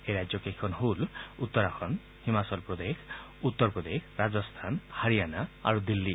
এই ৰাজ্যকেইখন হ'ল উত্তৰাখণ্ড হিমাচল প্ৰদেশ উত্তৰ প্ৰদেশ ৰাজস্থান হাৰিয়ানা আৰু দিল্লী